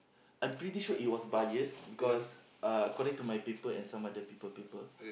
I'm pretty sure it was bias because uh according to my paper and some other people paper